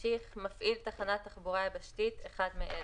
יודעים שכלי תחבורה סגור, שלפעמים אין בו